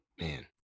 Man